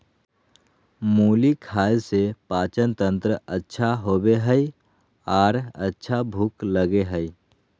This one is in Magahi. मुली खाय से पाचनतंत्र अच्छा होबय हइ आर अच्छा भूख लगय हइ